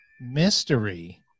mystery